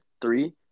three